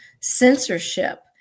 censorship